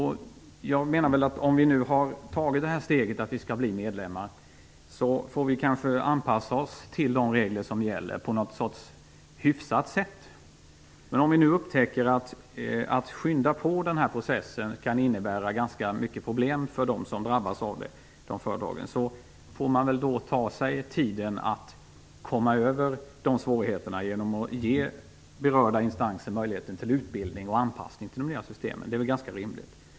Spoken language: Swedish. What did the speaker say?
Om vi nu har tagit steget att vi skall bli medlemmar i EU får vi kanske anpassa oss till de regler som gäller på ett hyfsat sätt. Men om vi upptäcker att det kan innebära ganska många problem för de företag som drabbas om vi skyndar på den här processen får vi väl låta det ta den tid det tar att komma över dessa svårigheter genom att ge berörda instanser möjligheten till utbildning och anpassning till de nya systemen. Det är väl ganska rimligt.